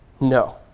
No